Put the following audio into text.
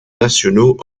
nationaux